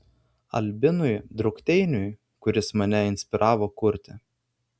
albinui drukteiniui kuris mane inspiravo kurti